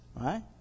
Right